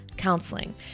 Counseling